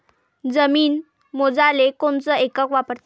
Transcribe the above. जमीन मोजाले कोनचं एकक वापरते?